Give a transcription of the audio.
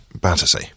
Battersea